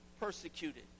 persecuted